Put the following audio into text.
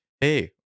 hey